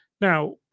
now